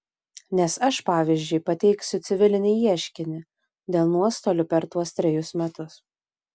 nes aš pavyzdžiui pateiksiu civilinį ieškinį dėl nuostolių per tuos trejus metus